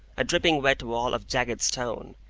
a dripping-wet wall of jagged stone,